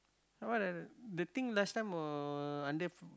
the thing last time were under